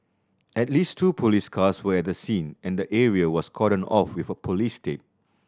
at least two police cars were at the scene and the area was cordoned off with police tape